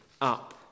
up